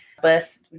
bus